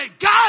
God